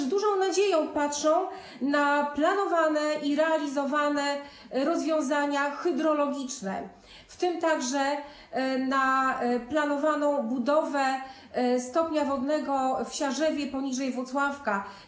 Z dużą nadzieją patrzą też na planowane i realizowane rozwiązania hydrologiczne, w tym także na planowaną budowę stopnia wodnego w Siarzewie poniżej Włocławka.